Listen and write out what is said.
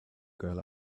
girl